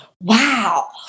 wow